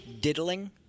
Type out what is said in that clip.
Diddling